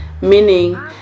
meaning